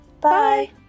Bye